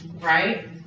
right